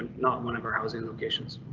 not one of our housing locations.